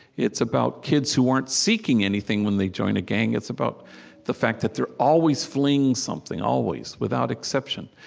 it's about kids who weren't seeking anything when they joined a gang. it's about the fact that they're always fleeing something always, without exception.